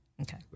Okay